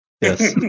Yes